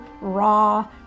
raw